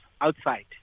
outside